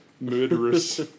murderous